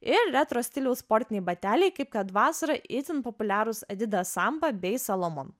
ir retro stiliaus sportiniai bateliai kaip kad vasarą itin populiarūs adidas samba bei salomon